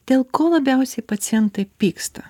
dėl ko labiausiai pacientai pyksta